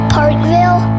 Parkville